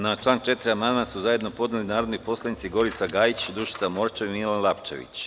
Na član 4. amandman su zajedno podneli narodni poslanici Gorica Gajić, Dušica Morčev i Milan Lapčević.